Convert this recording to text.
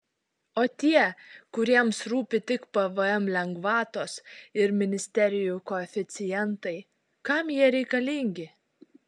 o tie kuriems rūpi tik pvm lengvatos ir ministerijų koeficientai kam jie reikalingi